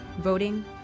voting